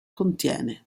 contiene